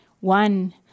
One